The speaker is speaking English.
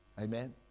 Amen